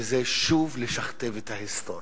וזה שוב לשכתב את ההיסטוריה.